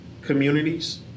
communities